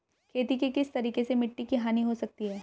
खेती के किस तरीके से मिट्टी की हानि हो सकती है?